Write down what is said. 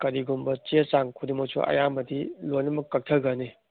ꯀꯔꯤꯒꯨꯝꯕ ꯆꯦꯆꯥꯡ ꯈꯨꯗꯤꯡꯃꯛꯁꯨ ꯑꯌꯥꯝꯕꯗꯤ ꯂꯣꯏꯅꯃꯛ ꯀꯛꯊꯒꯅꯤ